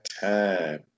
time